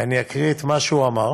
ואני אקריא את מה שהוא אמר,